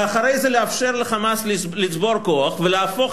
ואחרי זה לאפשר ל"חמאס" לצבור כוח ולהפוך